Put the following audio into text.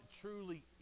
truly